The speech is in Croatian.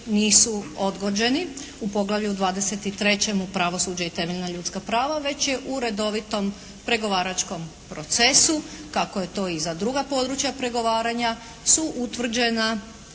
nisu odgođeni u poglavlju 23. u pravosuđe i temeljna ljudska prava, već je u redovitom pregovaračkom procesu kako je to i za druga područja pregovaranja su utvrđena